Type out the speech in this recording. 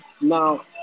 now